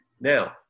Now